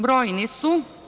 Brojni su.